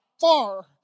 far